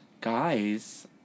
guys